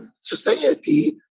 society